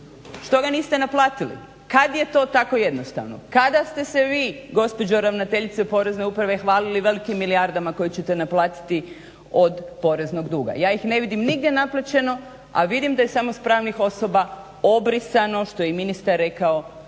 što ga niste naplatili kad je to tako jednostavno. Kada ste se vi gospođo ravnateljice Porezne uprave hvalili velikim milijardama koje ćete naplatiti od poreznog duga. Ja ih ne vidim nigdje naplaćeno, a vidim da je samo s pravnih osoba obrisano, što je i ministar rekao,